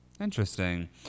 Interesting